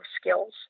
skills